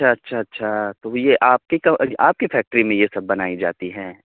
اچھا اچھا اچھا تو یہ آپ کی آپ کی فیکٹری میں یہ سب بنائی جاتی ہیں